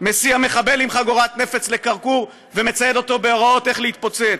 מסיע מחבל עם חגורת נפץ לכרכור ומצייד אותו בהוראות איך להתפוצץ,